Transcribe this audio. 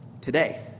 today